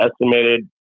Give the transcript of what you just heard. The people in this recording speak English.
estimated